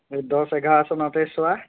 এই দহ এঘাৰ চনতেই চোৱা